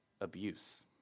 abuse